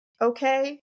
okay